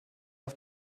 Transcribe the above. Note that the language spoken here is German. auf